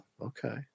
okay